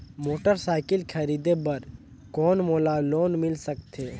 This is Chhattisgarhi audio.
मोटरसाइकिल खरीदे बर कौन मोला लोन मिल सकथे?